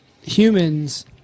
humans